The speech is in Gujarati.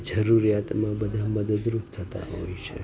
જરૂરિયાતમાં બધા મદદરૂપ થતા હોય છે